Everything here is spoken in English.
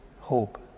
hope